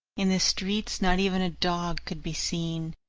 in the streets, not even a dog could be seen.